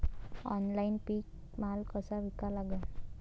Online पीक माल कसा विका लागन?